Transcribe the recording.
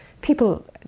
people